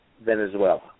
Venezuela